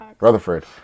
Rutherford